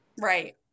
Right